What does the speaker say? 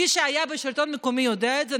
מי שהיה בשלטון המקומי יודע את זה.